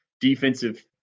defensive